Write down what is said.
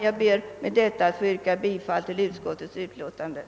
Med detta ber jag att få yrka bifall till utskottets hemställan.